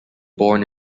born